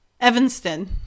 Evanston